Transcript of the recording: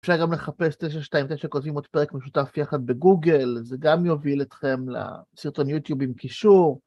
אפשר גם לחפש "929 כותבים עוד פרק משותף יחד" בגוגל, זה גם יוביל אתכם לסרטון יוטיוב עם קישור.